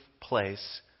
place